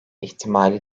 ihtimali